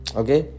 okay